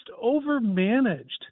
over-managed